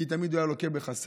כי הוא תמיד היה לוקה בחסר.